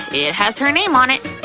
it has her name on it.